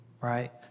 right